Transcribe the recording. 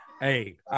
Hey